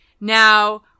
Now